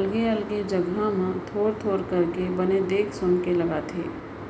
अलगे अलगे जघा मन म थोक थोक करके बने देख सुनके लगाथे